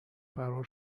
فرار